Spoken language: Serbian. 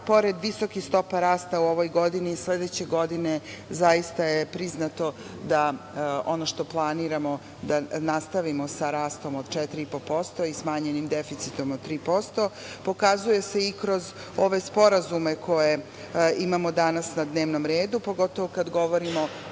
pored visokih stopa rasta u ovoj godini sledeće godine zaista je priznato da ono što planiramo da nastavimo sa rastom od 4,5% i smanjenim deficitom od 3% pokazuje se i kroz ove sporazume koje imamo danas na dnevnom redu, pogotovo kada govorimo